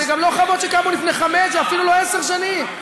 אלה גם לא חוות שקמו לפני חמש ואפילו לא לפני עשר שנים.